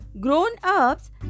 Grown-ups